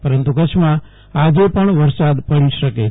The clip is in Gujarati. પરંતુ કચ્છમાં આજે પણ વરસાદ પડી શકે છે